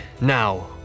Now